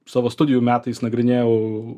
savo studijų metais nagrinėjau